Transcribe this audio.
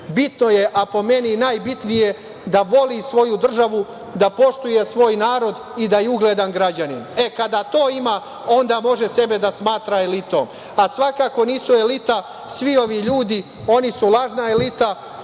bitno je, po meni je najbitnije, da voli svoju državu, da poštuje svoj narod i da je ugledan građanin. Kada to ima, onda može sebe da smatra elitom. Svakako, nisu elita svi ovi ljudi, oni su lažna elita